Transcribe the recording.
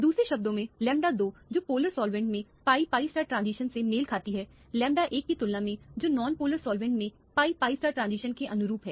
दूसरे शब्दों में लैंबडा 2 जो पोलर सॉल्वेंट में pi pi ट्रांजिशन से मेल खाती है लैम्बडा 1 की तुलना में जो नॉन पोलर सॉल्वेंट में pi pi ट्रांजिशन के अनुरूप है